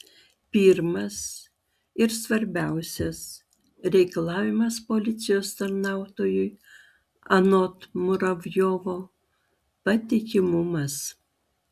pirmas ir svarbiausias reikalavimas policijos tarnautojui anot muravjovo patikimumas